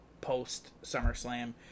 post-SummerSlam